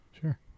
Sure